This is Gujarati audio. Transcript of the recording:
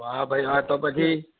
વાહ ભાઈ વાહ તો પછી